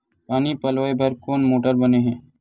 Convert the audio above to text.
पानी पलोय बर कोन मोटर बने हे?